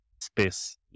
space